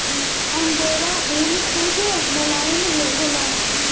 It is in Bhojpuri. अंगोरा ऊन खूब मोलायम होला